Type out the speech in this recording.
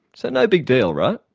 so no big deal, right?